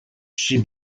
she